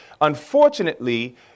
unfortunately